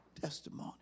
Testimony